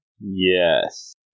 Yes